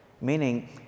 Meaning